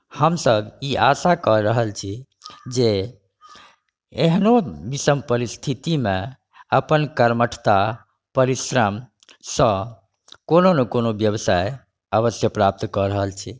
हमसभ ई आशा कऽ रहल छी जे एहनो विषम परिस्थितिमे अपन कर्मठता परिश्रमसँ कोनो ने कोनो व्यवसाय अवश्य प्राप्त कऽ रहल छी